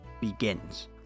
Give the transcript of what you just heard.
begins